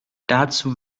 dazu